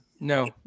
No